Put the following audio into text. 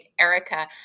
Erica